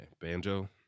Banjo